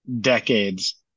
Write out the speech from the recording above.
decades